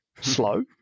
slow